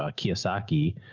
ah kiyosaki,